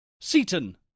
Seaton